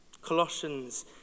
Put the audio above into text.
Colossians